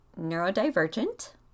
neurodivergent